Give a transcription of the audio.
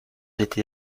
été